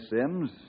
Sims